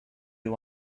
you